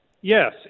Yes